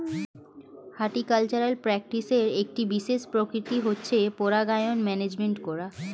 horticultural প্র্যাকটিসের একটি বিশেষ প্রকৃতি হচ্ছে পরাগায়ন ম্যানেজমেন্ট করা